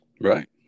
Right